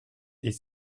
est